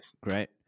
Great